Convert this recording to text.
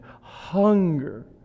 hunger